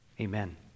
amen